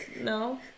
No